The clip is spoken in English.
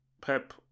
Pep